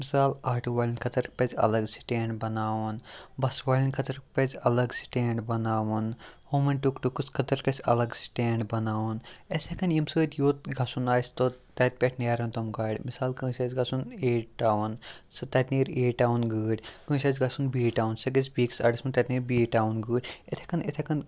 مِثال آٹوٗ والٮ۪ن خٲطرٕ پَزِ الگ سٕٹینٛڈ بَناوُن بَسہٕ والٮ۪ن خٲطرٕ پَزِ الگ سٕٹینٛڈ بَناوُن ہُمَن ٹُک ٹُکٕس خٲطرٕ گژھِ الگ سٕٹینٛڈ بَناوُن اِتھَے کٔنۍ ییٚمہِ سۭتۍ یوٚت گژھُن آسہِ توٚت تَتہِ پٮ۪ٹھ نیرَن تم گاڑِ مِثال کٲنٛسہِ آسہِ گژھُن اے ٹاوُن سُہ تَتہِ نیرِ اے ٹاوُن گٲڑۍ کٲنٛسہِ آسہِ گژھُن بی ٹاوُن سُہ گژھِ بیٚکِس اَڑَس منٛز تَتہِ نیرِ بی ٹاوُن گٲڑۍ اِتھَے کٔنۍ اِتھَے کٔنۍ